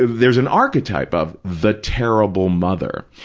there's an archetype of the terrible mother,